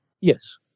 Yes